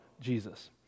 Jesus